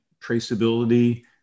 traceability